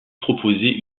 proposé